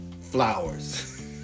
flowers